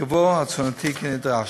הרכבו התזונתי כנדרש.